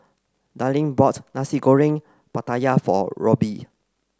Darleen bought Nasi Goreng Pattaya for Robby